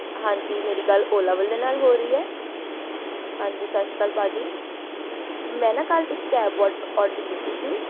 ਹਾਂਜੀ ਮੇਰੀ ਗੱਲ ਓਲਾ ਵਾਲਿਆਂ ਨਾਲ ਹੋ ਰਹੀ ਹੈ ਹਾਂਜੀ ਸਤਿ ਸ਼੍ਰੀ ਅਕਾਲ ਭਾਅ ਜੀ ਮੈਂ ਨਾ ਕੱਲ੍ਹ ਇੱਕ ਕੈਬ ਔ ਔਡਰ ਕੀਤੀ ਸੀ